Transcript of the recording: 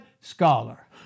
scholar